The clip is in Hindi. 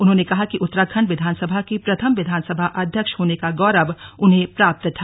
उन्होंने कहा कि उत्तराखंड विधानसभा के प्रथम विधानसभा अध्यक्ष होने का गौरव उन्हें प्राप्त था